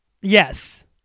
Yes